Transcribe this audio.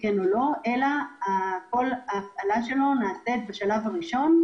אלא כל ההפעלה שלו נעשית בשלב הראשון,